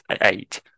eight